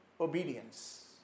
obedience